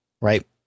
Right